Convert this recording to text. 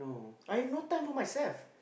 I have no time for myself